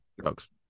drugs